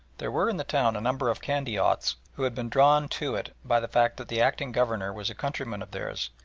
there were in the town a number of candiotes who had been drawn to it by the fact that the acting governor was a countryman of theirs,